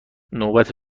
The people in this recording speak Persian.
نوبت